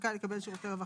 שזכאי לקבל שירותי רווחה.